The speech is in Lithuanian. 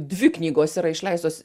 dvi knygos yra išleistos